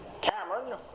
Cameron